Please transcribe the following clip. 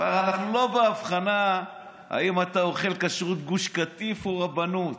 אנחנו כבר לא בהבחנה אם אתה אוכל כשרות גוש קטיף או רבנות.